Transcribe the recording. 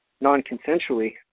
non-consensually